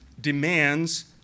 demands